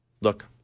Look